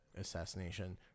assassination